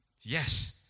Yes